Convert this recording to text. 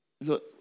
look